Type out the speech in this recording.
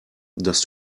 dass